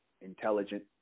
intelligent